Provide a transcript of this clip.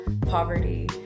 poverty